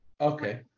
Okay